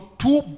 two